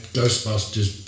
Ghostbusters